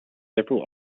several